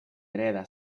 hereda